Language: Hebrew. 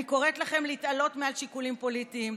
אני קוראת לכם להתעלות מעל שיקולים פוליטיים,